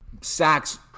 Sacks